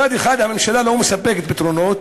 מצד אחד, הממשלה לא מספקת פתרונות,